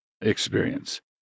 experience